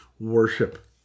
worship